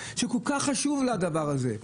שכל כך חשוב לה הדבר הזה.